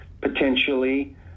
potentially